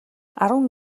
арван